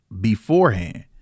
beforehand